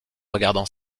regardant